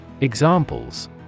Examples